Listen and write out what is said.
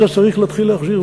את זה צריך להתחיל להחזיר.